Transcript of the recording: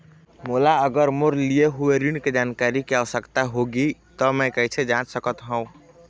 मोला अगर मोर लिए हुए ऋण के जानकारी के आवश्यकता होगी त मैं कैसे जांच सकत हव?